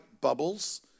bubbles